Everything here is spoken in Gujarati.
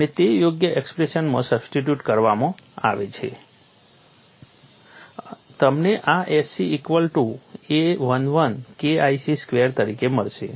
અને તે યોગ્ય એક્સપ્રેશનમાં સબસ્ટિટ્યુટ કરવમાં આવે છે તમને આ S c equal to a11 KIC square તરીકે મળશે